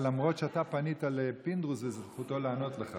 למרות שאתה פנית לפינדרוס וזכותו לענות לך.